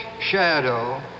shadow